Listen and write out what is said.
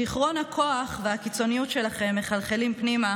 שיכרון הכוח והקיצוניות שלכם מחלחלים פנימה